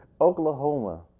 Oklahoma